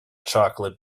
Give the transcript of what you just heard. chocolate